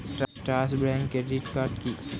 Trust bank credit card কি?